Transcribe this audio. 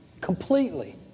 Completely